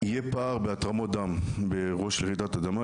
יהיה פער בהתרמות דם באירוע של רעידת אדמה,